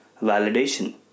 validation